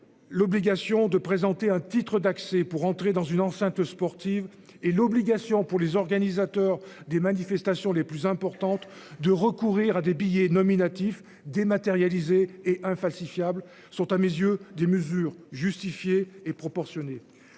L'obligation de présenter un titre d'accès pour rentrer dans une enceinte sportive et l'obligation pour les organisateurs des manifestations les plus importantes de recourir à des billets nominatifs dématérialisée et infalsifiable, sont à mes yeux des mesures justifiées et proportionnées,